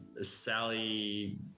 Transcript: sally